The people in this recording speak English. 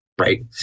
Right